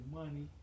money